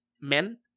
men